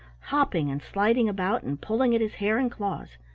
hopping and sliding about, and pulling at his hair and claws.